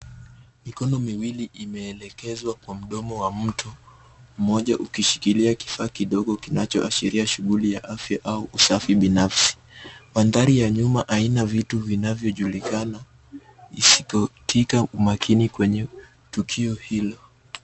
Mikono miwili imelekezwa kwa mdomo wa mtu mmoja ukishikilia kifaa kidogo kinachoashiria shughuli ya afya, au usafi binafsi. Mandhari ya nyuma haina vitu vinavyojulikana, isikotika umakini kwenye tukio hilo.